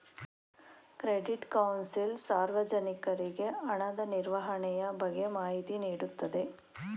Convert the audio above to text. credit council ಸಾರ್ವಜನಿಕರಿಗೆ ಹಣದ ನಿರ್ವಹಣೆಯ ಬಗ್ಗೆ ಮಾಹಿತಿ ನೀಡುತ್ತದೆ